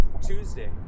Tuesday